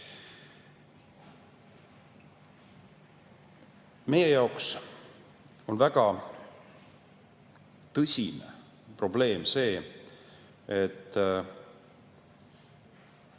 Meie jaoks on väga tõsine probleem see, et